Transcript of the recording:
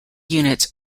units